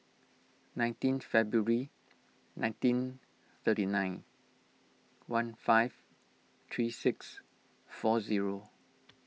nineteen February nineteen thirty nine one five three six four zero